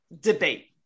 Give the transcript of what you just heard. debate